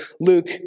Luke